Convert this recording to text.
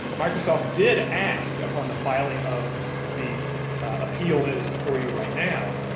microsoft did ask, upon the filing of the appeal that is before you right now,